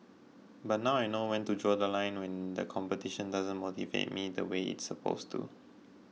but now I know when to draw The Line when the competition doesn't motivate me the way it's supposed to